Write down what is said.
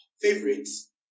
favorites